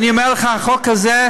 אני אומר לך, החוק הזה,